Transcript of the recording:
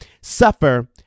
suffer